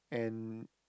and